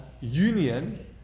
union